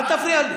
אל תפריע לי.